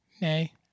Nay